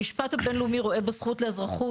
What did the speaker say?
המשפט הבין-לאומי רואה בזכות האזרחות